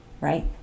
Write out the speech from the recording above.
right